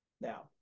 Now